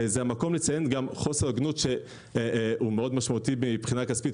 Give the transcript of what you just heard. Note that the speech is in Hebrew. זה גם המקום לציין חוסר הוגנות מאוד משמעותי מבחינה כספית,